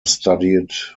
studied